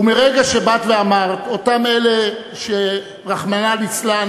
ומרגע שבאת ואמרת: אותם אלה שרחמנא ליצלן